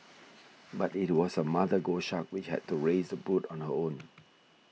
but it was the mother goshawk which had to raise the brood on her own